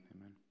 Amen